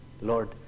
Lord